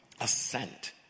assent